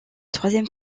troisième